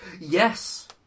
Yes